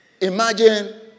Imagine